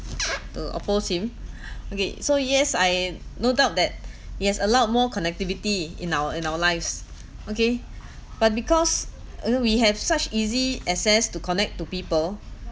to oppose him okay so yes I am no doubt that it has allowed more connectivity in our in our lives okay but because you know we have such easy access to connect to people